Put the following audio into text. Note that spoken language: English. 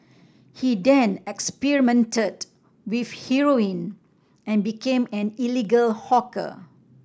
he then experimented with heroin and became an illegal hawker